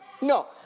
No